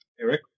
Eric